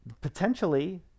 potentially